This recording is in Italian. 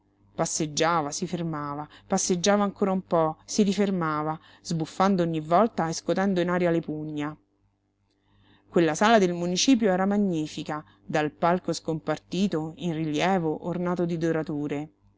passeggiava si fermava passeggiava ancora un po si rifermava sbuffando ogni volta e scotendo in aria le pugna quella sala del municipio era magnifica dal palco scompartito in rilievo ornato di dorature